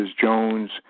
Jones